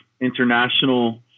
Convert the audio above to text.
international